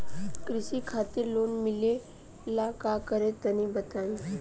कृषि खातिर लोन मिले ला का करि तनि बताई?